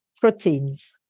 proteins